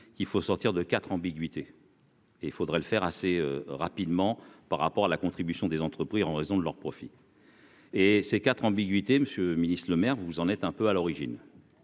qu'il faut sortir de 4 ambiguïté. Et il faudrait le faire assez rapidement par rapport à la contribution des entreprises, en raison de leurs profits. Et ces 4 ambiguïté Monsieur Ministre Lemaire, vous vous en êtes un peu à l'origine.